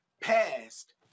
past